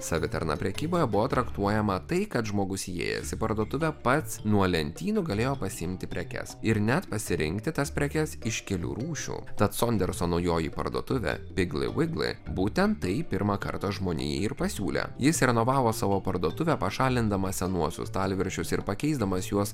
savitarna prekyboje buvo traktuojama tai kad žmogus įėjęs į parduotuvę pats nuo lentynų galėjo pasiimti prekes ir net pasirinkti tas prekes iš kelių rūšių tad sonderso naujoji parduotuvė piglivigli būtent taip pirmą kartą žmonijai ir pasiūlė jis renovavo savo parduotuvę pašalindamas senuosius stalviršius ir pakeisdamas juos